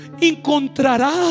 Encontrará